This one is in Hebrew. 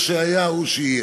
מה שהיה הוא שיהיה,